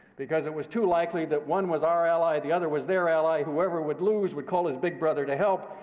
because it was too likely that one was our ally, the other was their ally, whoever would lose would call his big brother to help,